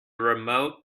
remote